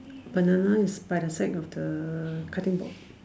banana is by the side of the cutting board